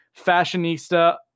fashionista